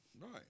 Right